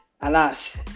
alas